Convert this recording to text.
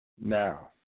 now